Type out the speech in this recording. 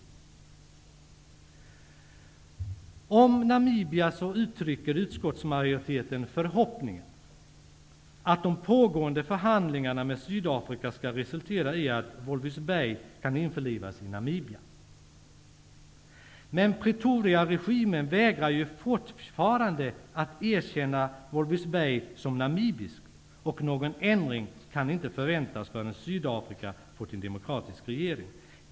Beträffande Namibia uttrycker utskottsmajoriteten förhoppningen att de pågående förhandlingarna med Sydafrika skall resultera i att Walvis Bay kan införlivas med Namibia. Men Pretoriaregimen vägrar ju fortfarande att erkänna Walvis Bay som namibiskt, och någon ändring kan inte förväntas förrän Sydafrika fått en demokratisk regering.